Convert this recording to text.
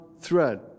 thread